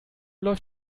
läuft